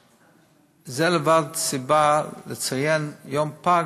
זה לבד סיבה לציין את יום הפג,